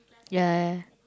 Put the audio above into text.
ya ya